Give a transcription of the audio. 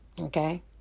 okay